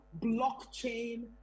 blockchain